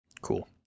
Cool